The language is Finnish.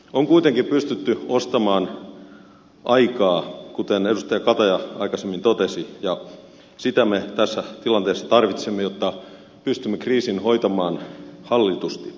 on kuitenkin pystytty ostamaan aikaa kuten edustaja kataja aikaisemmin totesi ja sitä me tässä tilanteessa tarvitsemme jotta pystymme kriisin hoitamaan hallitusti